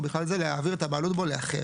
ובכלל זה להעביר את הבעלות בו לאחר,